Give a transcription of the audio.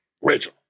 Rachel